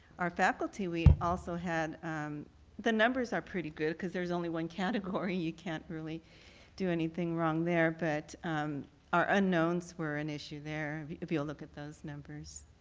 our faculty we also had the numbers are pretty good because there is only one category. you can't really do anything wrong there. but our unknowns were an issue there if you will look at those numbers.